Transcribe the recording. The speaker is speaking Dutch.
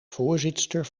voorzitster